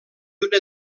una